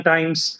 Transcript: Times